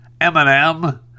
Eminem